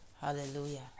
Hallelujah